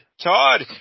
Todd